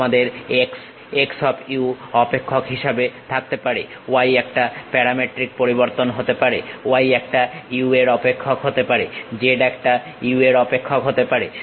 তোমাদের x x of u অপেক্ষক হিসেবে থাকতে পারে y একটা প্যারামেট্রিকপরিবর্তন হতে পারে y একটা u এর অপেক্ষক হতে পারে z একটা u এর অপেক্ষক হতে পারে